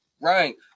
Right